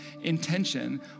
intention